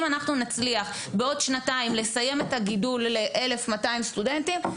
אם אנחנו נצליח בעוד שנתיים לסיים את הגידול ל-1,200 סטודנטים,